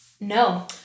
no